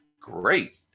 great